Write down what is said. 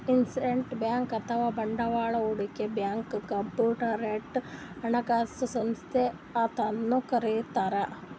investment bank ಅಥವಾ ಬಂಡವಾಳ್ ಹೂಡಿಕೆ ಬ್ಯಾಂಕ್ಗ್ ಕಾರ್ಪೊರೇಟ್ ಹಣಕಾಸು ಸಂಸ್ಥಾ ಅಂತನೂ ಕರಿತಾರ್